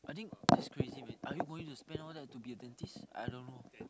I think that's crazy man are you going to spend all that to be a dentist I don't know